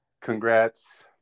congrats